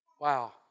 Wow